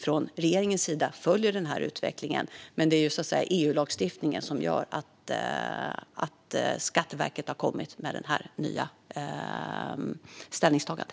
Regeringen följer givetvis utvecklingen, men det är EU-lagstiftningen som gör att Skatteverket har kommit med sitt nya ställningstagande.